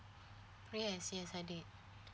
yes yes I did